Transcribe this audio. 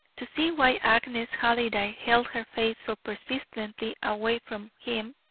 to see why agnes halliday held her face so persistently away from him,